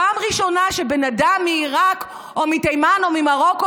פעם ראשונה שאדם מעיראק או מתימן או ממרוקו